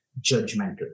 judgmental